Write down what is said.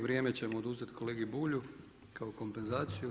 Vrijeme ćemo oduzeti kolegi Bulj kao kompenzaciju.